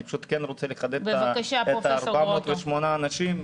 אני פשוט כן רוצה לחדד את ה-408 אנשים,